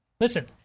Listen